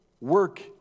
work